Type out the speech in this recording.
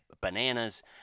bananas